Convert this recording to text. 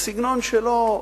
בסגנון שלו,